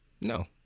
no